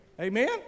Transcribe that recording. Amen